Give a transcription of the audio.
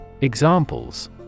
Examples